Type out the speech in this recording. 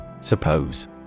Suppose